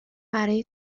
برای